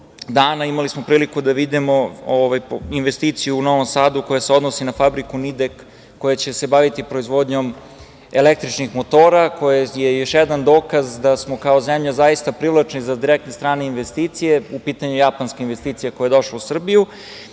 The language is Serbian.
dana imali smo priliku da vidimo investiciju u Novom Sadu, koja se odnosi na fabriku "Midek", koja će se baviti proizvodnjom električnih motora, koja je još jedan dokaz da smo kao zemlja zaista privlačni za direktne strane investicije. U pitanju je japanska investicija koja je došla u Srbiju. Ono